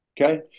Okay